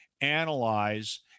analyze